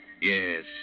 Yes